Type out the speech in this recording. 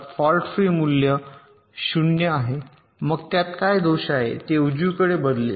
fault free मूल्य 0 आहे मग त्यात काय दोष आहेत ते 1 उजवीकडे बदलेल